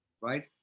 right